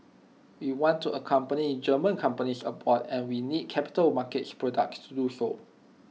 we want to accompany German companies abroad and we need capital markets products to do so